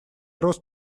рост